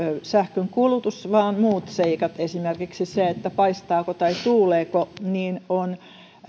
sähkönkulutus vaan muut seikat esimerkiksi se paistaako tai tuuleeko on